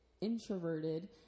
introverted